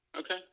Okay